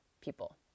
people